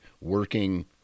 working